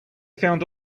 found